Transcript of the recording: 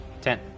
Ten